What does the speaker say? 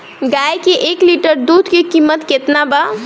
गाए के एक लीटर दूध के कीमत केतना बा?